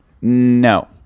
No